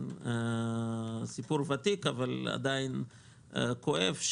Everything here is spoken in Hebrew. סיפור ותיק אבל עדיין כואב,